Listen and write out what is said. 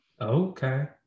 Okay